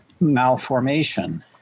malformation